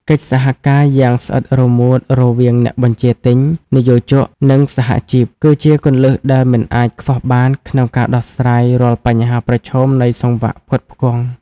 កិច្ចសហការយ៉ាងស្អិតរមួតរវាងអ្នកបញ្ជាទិញ និយោជក និងសហជីព គឺជាគន្លឹះដែលមិនអាចខ្វះបានក្នុងការដោះស្រាយរាល់បញ្ហាប្រឈមនៃសង្វាក់ផ្គត់ផ្គង់។